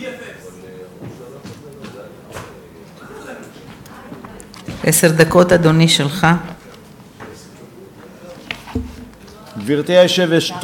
BFF. גברתי היושבת-ראש,